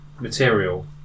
material